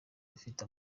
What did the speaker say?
bafite